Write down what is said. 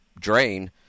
drain